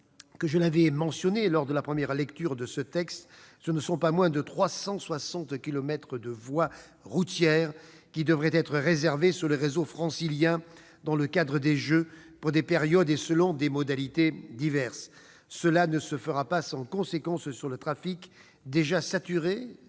que je l'avais mentionné lors de la première lecture de ce texte, ce ne sont pas moins de 360 kilomètres de voies routières qui devraient être réservés sur le réseau francilien dans le cadre des jeux, pour des périodes et selon des modalités diverses. Cela ne sera pas sans conséquence sur le trafic, déjà saturé